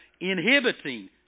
inhibiting